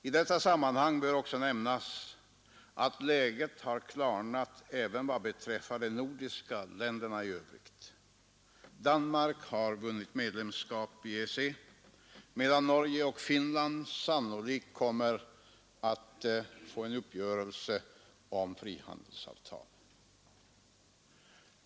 I detta sammanhang bör också nämnas att läget klarnat även vad beträffar de nordiska länderna i övrigt. Danmark har vunnit medlemskap i EEC, medan Norge och Finland sannolikt kommer att få en uppgörelse om frihandelsavtal.